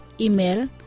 Email